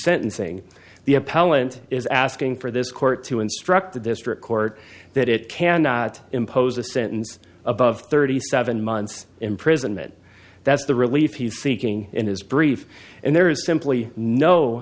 saying the appellant is asking for this court to instruct the district court that it cannot impose a sentence above thirty seven months imprisonment that's the relief he's seeking in his brief and there is simply no